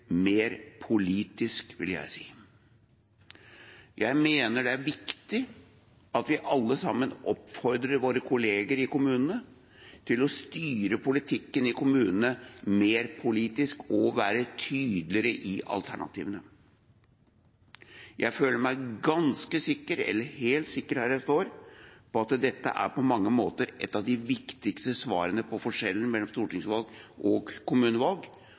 mer politisk. Jeg mener det er viktig at vi alle sammen oppfordrer våre kolleger i kommunene til å styre politikken i kommunene mer politisk og være tydeligere på alternativene. Jeg føler meg helt sikker på at dette på mange måter er et av de viktigste svarene på spørsmålet om forskjellen på stortingsvalg og kommunevalg